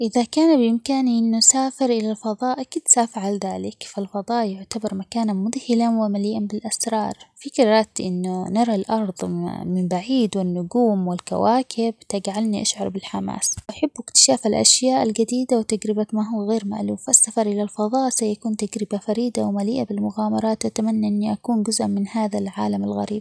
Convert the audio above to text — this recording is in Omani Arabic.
إذا كان بإمكاني إنو سافر إلى الفضاء أكيد سأفعل ذلك فالفضاء يعتبر مكاناً مذهلاً ومليئاً بالأسرار، فكرة إنو نرى الأرض من بعيد والنجوم والكواكب تجعلني أشعر بالحماس، أحب اكتشاف الأشياء جديدة وتجربة ما هو غير مألوف، والسفر إلى الفضاء سيكون تجربة فريدة ومليئة بالمغامرات، أتمنى إني أكون جزءً من هذا العالم الغريب.